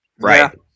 right